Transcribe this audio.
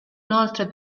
inoltre